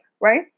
right